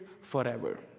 forever